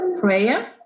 prayer